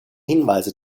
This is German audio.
hinweise